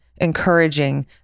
encouraging